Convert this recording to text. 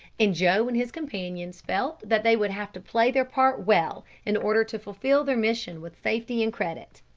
and joe and his companions felt that they would have to play their part well in order to fulfil their mission with safety and credit.